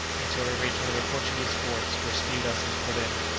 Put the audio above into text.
until they reached one of the portuguese forts where steam vessels put in.